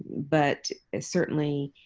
but certainly,